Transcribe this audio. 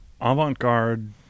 avant-garde